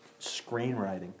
screenwriting